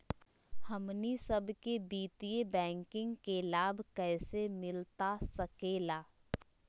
हमनी सबके वित्तीय बैंकिंग के लाभ कैसे मिलता सके ला?